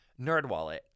Nerdwallet